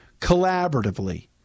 collaboratively